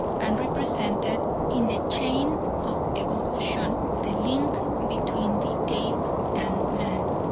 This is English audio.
and represented in the chain of evolution the link between the ape and man.